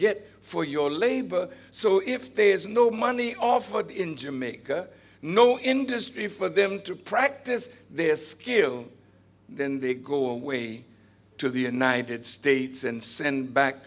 get for your labor so if there is no money offered in jamaica no industry for them to practice their skill then they go away to the united states and send back